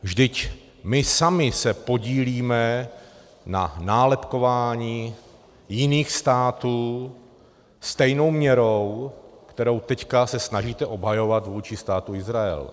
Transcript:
Vždyť my sami se podílíme na nálepkování jiných států stejnou měrou, kterou teď se snažíte obhajovat vůči Státu Izrael.